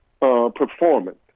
performance